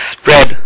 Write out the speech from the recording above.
spread